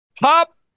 Pop